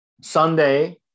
Sunday